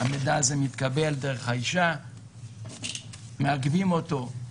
המידע הזה מתקבל דרך האישה, מעכבים אותו,